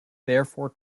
therefore